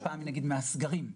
שהושפע דרמטית מהסגרים.